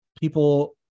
people